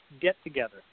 get-together